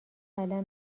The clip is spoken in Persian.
قلم